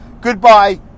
Goodbye